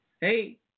hey